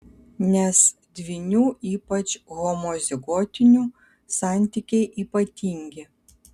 nes dvynių ypač homozigotinių santykiai ypatingi